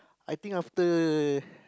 I think after